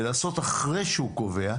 ולעשות אחרי שהוא קובע,